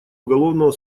уголовного